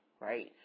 right